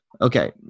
Okay